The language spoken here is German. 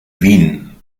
wien